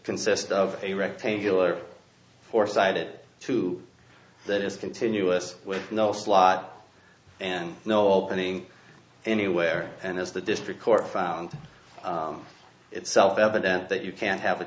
consist of a rectangular four sided two that is continuous with no slot and no opening anywhere and as the district court found itself evident that you can't have a